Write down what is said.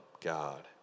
God